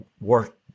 work